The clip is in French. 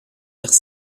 vers